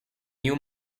new